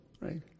right